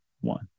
one